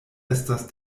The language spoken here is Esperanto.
estas